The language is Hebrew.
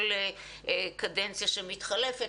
כל קדנציה שמתחלפת,